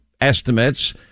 estimates